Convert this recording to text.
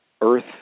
Earth